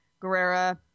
guerrera